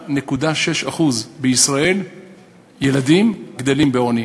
ש-35.6% מהילדים בישראל גדלים בעוני.